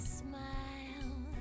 smile